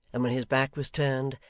and when his back was turned,